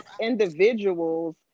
individuals